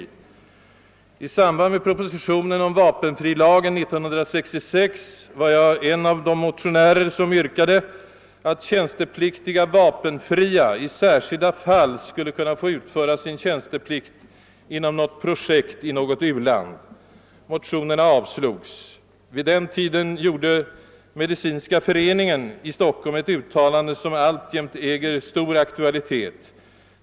Jag var t.ex. en av de motionärer som i samband med propositionen om vapenfrilagen 1966 yrkade att tjänstepliktiga vapenfria i särskilda fall skulle kunna få utföra sin tjänsteplikt inom något projekt i ett u-land. Motionerna avslogs. Vid den tiden gjorde Medicinska föreningen i Stockholm ett uttalande, som alltjämt äger stor aktualitet.